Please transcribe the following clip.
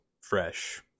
fresh